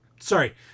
sorry